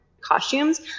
costumes